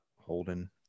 Holden